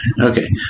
Okay